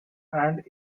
and